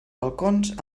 balcons